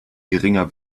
geringer